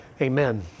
Amen